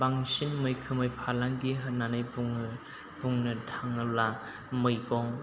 बांसिन मैखोमै फालांगि होन्नानै बुङो बुंनो थाङोला मैगं